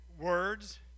words